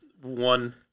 one